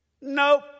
Nope